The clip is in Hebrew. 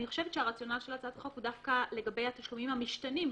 אני חושבת שהרציונל של הצעת החוק הוא דווקא לגבי התשלומים המשתנים,